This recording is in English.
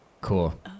cool